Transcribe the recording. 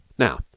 Now